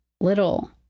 little